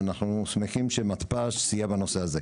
ואנחנו שמחים שמתפ"ש סייע בנושא הזה.